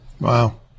Wow